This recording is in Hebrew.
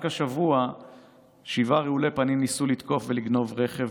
רק השבוע שבעה רעולי פנים ניסו לתקוף ולגנוב רכב